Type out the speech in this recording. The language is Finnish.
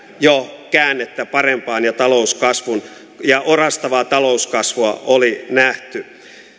jo käännettä parempaan ja orastavaa talouskasvua oli nähty